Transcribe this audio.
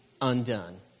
undone